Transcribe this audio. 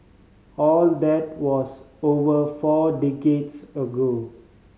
all that was over four decades ago